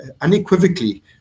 unequivocally